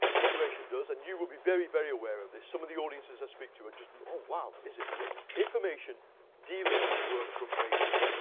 information does and you will be very, very aware of this. some of the audiences i speak to are just, and oh, wow. is it? but information dealings work from wages.